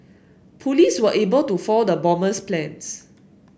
police were able to foil the bomber's plans